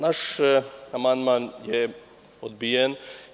Naš amandman je odbijen.